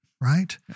Right